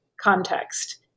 context